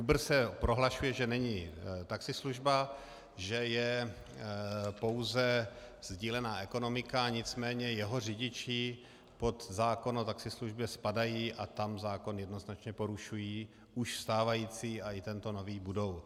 Uber se prohlašuje, že není taxislužba, že je pouze sdílená ekonomika, nicméně jeho řidiči pod zákon o taxislužbě spadají a tam zákon jednoznačně porušují, už stávající a i tento nový budou.